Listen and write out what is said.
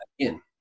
again